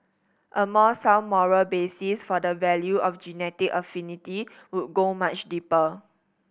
a more sound moral basis for the value of genetic affinity would go much deeper